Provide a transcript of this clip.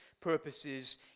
purposes